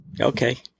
Okay